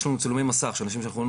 יש לנו צילומי מסך של אנשים שראינו